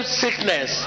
sickness